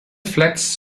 flats